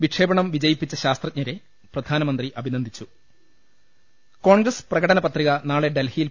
വിക്ഷേപണം വിജയിപ്പിച്ച ശാസ്ത്രജ്ഞരെ പ്രധാനമന്ത്രി അഭിനന്ദിച്ചു കോൺഗ്രസ് പ്രകടനപത്രിക നാളെ ഡൽഹിയിൽ